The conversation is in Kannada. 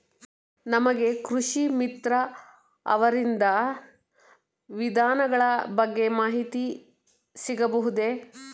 ನಮಗೆ ಕೃಷಿ ಮಿತ್ರ ಅವರಿಂದ ವಿಧಾನಗಳ ಬಗ್ಗೆ ಮಾಹಿತಿ ಸಿಗಬಹುದೇ?